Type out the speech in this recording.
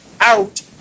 out